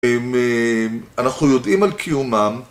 אנחנו יודעים על קיומם